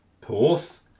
Porth